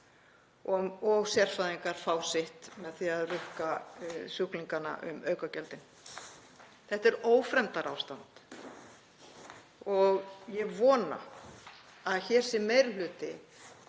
og sérfræðingar fá sitt með því að rukka sjúklingana um aukagjöldin. Þetta er ófremdarástand og ég vona að hér sé meiri hluti